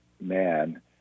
man